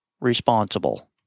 responsible